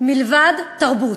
מלבד תרבות.